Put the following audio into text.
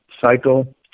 cycle